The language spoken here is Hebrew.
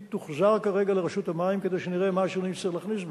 היא תוחזר כרגע לרשות המים כדי שנראה מה השינויים שצריך להכניס בה,